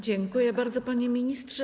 Dziękuję bardzo, panie ministrze.